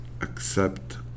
accept